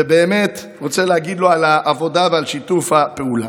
על העבודה ועל שיתוף הפעולה.